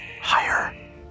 Higher